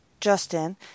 Justin